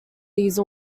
these